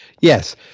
Yes